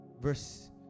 Verse